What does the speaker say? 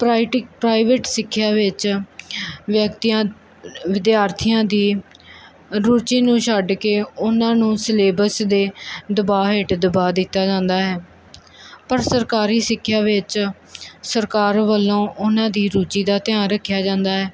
ਪ੍ਰਾਈਟੀ private ਸਿੱਖਿਆ ਵਿੱਚ ਵਿਅਕਤੀਆਂ ਵਿਦਿਆਰਥੀਆਂ ਦੀ ਰੁਚੀ ਨੂੰ ਛੱਡ ਕੇ ਉਹਨਾਂ ਨੂੰ ਸਿਲੇਬਸ ਦੇ ਦਬਾਅ ਹੇਠ ਦਬਾਅ ਦਿੱਤਾ ਜਾਂਦਾ ਹੈ ਪਰ ਸਰਕਾਰੀ ਸਿੱਖਿਆ ਵਿੱਚ ਸਰਕਾਰ ਵੱਲੋਂ ਉਹਨਾਂ ਦੀ ਰੁਚੀ ਦਾ ਧਿਆਨ ਰੱਖਿਆ ਜਾਂਦਾ ਹੈ